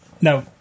Now